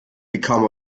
become